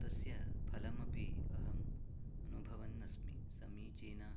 तस्य फलमपि अहम् अनुभवन्नस्मि समीचीनम्